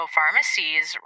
pharmacies